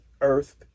earth